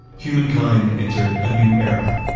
humankind entered a new era,